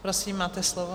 Prosím, máte slovo.